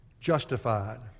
justified